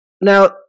Now